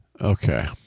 Okay